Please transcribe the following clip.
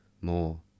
more